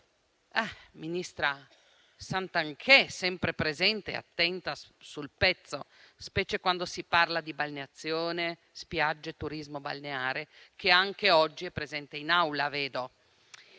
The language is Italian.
La ministra Santanchè è sempre presente, attenta e sul pezzo, specie quando si parla di balneazione, spiagge e turismo balneare: anche oggi è presente in Aula, vedo.